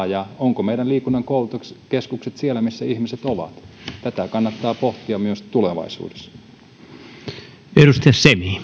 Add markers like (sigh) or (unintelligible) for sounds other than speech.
(unintelligible) ja ovatko meidän liikunnan koulutuskeskukset siellä missä ihmiset ovat tätä kannattaa pohtia myös tulevaisuudessa